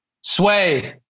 Sway